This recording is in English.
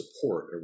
support